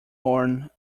worn